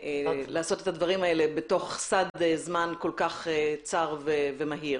הדברים האלה בתוך סד זמן כל כך צר ומהיר.